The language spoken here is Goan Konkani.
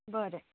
बरें